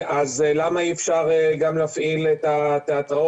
למה אי אפשר להפעיל גם את התיאטראות?